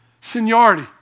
Seniority